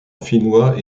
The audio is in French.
finnois